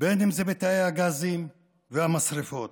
ואם בתאי הגזים והמשרפות.